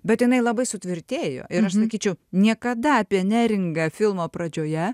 bet jinai labai sutvirtėjo ir aš sakyčiau niekada apie neringą filmo pradžioje